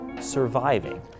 surviving